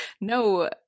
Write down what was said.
no